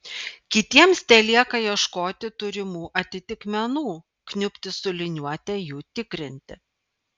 kitiems telieka ieškoti turimų atitikmenų kniubti su liniuote jų tikrinti